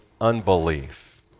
unbelief